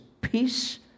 peace